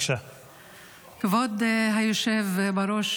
כבוד היושב-ראש,